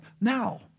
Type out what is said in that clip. Now